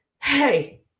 hey